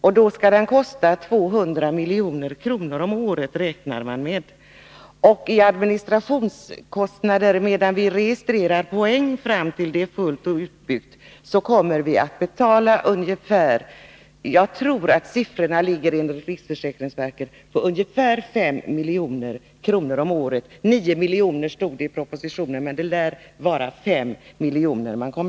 Man räknar med att den skall kosta 200 milj.kr. om året. I administrationskostnader — medan vi registrerar poäng fram till dess att systemet är fullt utbyggt — kommer vi att betala ungefär 5 milj.kr. om året enligt riksförsäkringsverket. 9 milj.kr. står det i propositionen, men man lär ha kommit fram till beloppet 5 milj.kr.